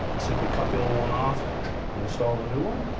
simply cut the old one off and install a new one.